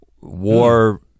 War